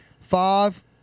Five